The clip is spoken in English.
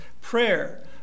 prayer